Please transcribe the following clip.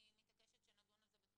לא תסתור כי אנחנו מאוד דייקנו בתחולת